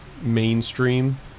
mainstream